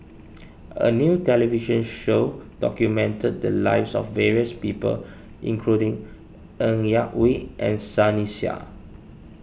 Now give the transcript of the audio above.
a new television show documented the lives of various people including Ng Yak Whee and Sunny Sia